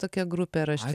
tokia grupė yra